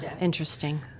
interesting